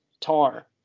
Tar